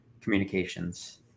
communications